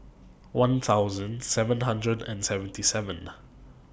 one thousand seven hundred and seventy seven